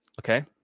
Okay